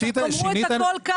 תאמרו את הכול.